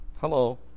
Hello